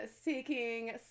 seeking